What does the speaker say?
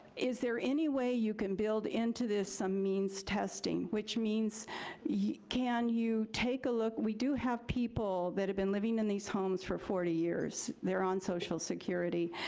is there any way you can build into this some means-testing, which means can you take a look, we do have people that have been living in these homes for forty years, they're on social security.